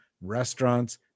restaurants